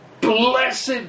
Blessed